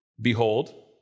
behold